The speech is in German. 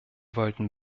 wollten